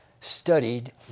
studied